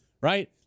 right